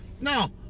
No